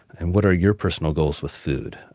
and what are your personal goals with food?